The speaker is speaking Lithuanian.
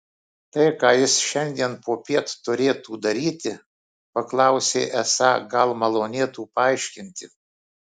tai ką jis šiandien popiet turėtų daryti paklausė esą gal malonėtų paaiškinti